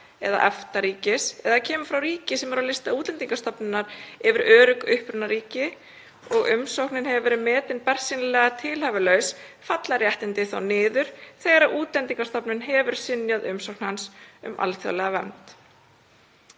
eða EFTA-ríkis eða kemur frá ríki sem er á lista Útlendingastofnunar yfir örugg upprunaríki og umsóknin hefur verið metin bersýnilega tilhæfulaus falla réttindin þó niður þegar Útlendingastofnun hefur synjað umsókn hans um alþjóðlega vernd.“